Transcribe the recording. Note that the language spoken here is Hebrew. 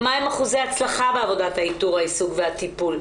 מה הם אחוזי ההצלחה בעבודת האיתור היישוג והטיפול.